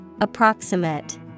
Approximate